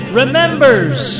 remembers